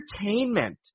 entertainment